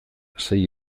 sei